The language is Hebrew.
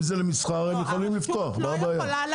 אם זה למסחר הם יכולים לפתוח, מה הבעיה?